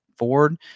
Ford